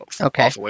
Okay